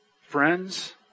Friends